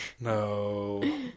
No